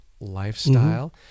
lifestyle